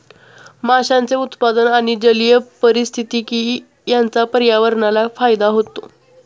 माशांचे उत्पादन आणि जलीय पारिस्थितिकी यांचा पर्यावरणाला फायदा होतो